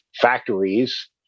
factories